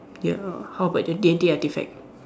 ya how about the D and T artefact